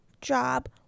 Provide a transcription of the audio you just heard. job